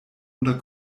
unter